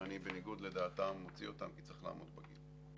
ואני בניגוד לדעתם מוציא אותם כי צריך לעמוד בגיל.